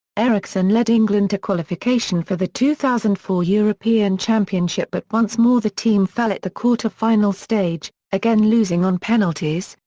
eriksson led england to qualification for the two thousand and four european championship but once more the team fell at the quarter-final stage, again losing on penalties,